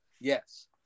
yes